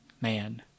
man